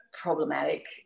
problematic